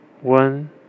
One